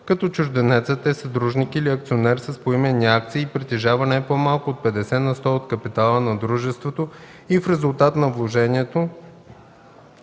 като чужденецът е съдружник или акционер с поименни акции и притежава не по-малко от 50 на сто от капитала на дружеството и в резултат на вложението